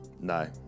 No